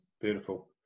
beautiful